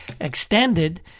extended